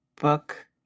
book